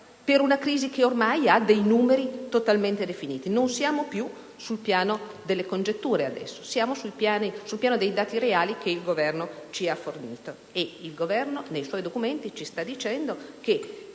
per una crisi che ormai ha dei numeri totalmente definiti. Non siamo più sul piano delle congetture, ma su quello dei dati reali che il Governo ci ha fornito. E il Governo nei suoi documenti ci sta dicendo che